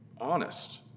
honest